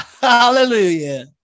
Hallelujah